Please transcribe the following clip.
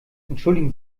entschuldigen